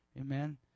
Amen